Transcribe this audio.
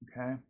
okay